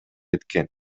эткен